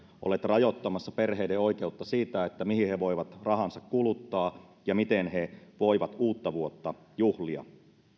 olleet rajoittamassa perheiden oikeutta päättää mihin he voivat rahansa kuluttaa ja miten he voivat uuttavuotta juhlia